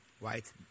Right